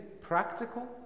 practical